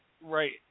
right